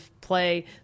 play